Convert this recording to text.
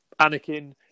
Anakin